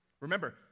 Remember